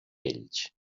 ells